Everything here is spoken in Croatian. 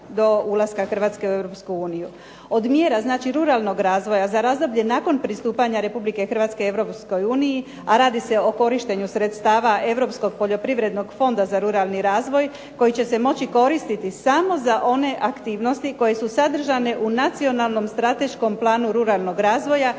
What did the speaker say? Europsku uniju. Od mjera znači ruralnog razvoja za razdoblje nakon pristupanja Republike Hrvatske Europskoj uniji, a radi se o korištenju sredstava Europskog poljoprivrednog fonda za ruralni razvoj koji će se moći koristiti samo za one aktivnosti koje su sadržane u nacionalnom strateškom planu ruralnog razvoja